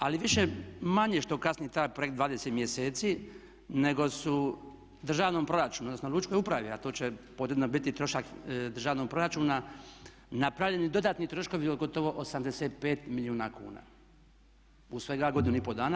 Ali više-manje što kasni taj projekt 20 mjeseci nego su državnom proračunu odnosno lučkoj upravi a to će ujedno biti trošak i državnom proračunu napravljeni dodatni troškovi od gotovo 85 milijuna kuna u svega godinu i pol dana.